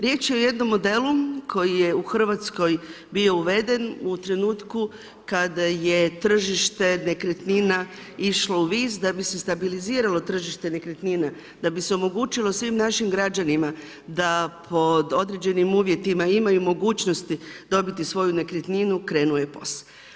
Riječ je o jednom modelu koji je u Hrvatskoj bio uveden u trenutku kada je tržište nekretnina išlo u vis da bi se stabiliziralo tržište nekretnina, da bi se omogućilo svim našim građanima da pod određenim uvjetima imaju mogućnosti dobiti svoju nekretninu krenuo je POS.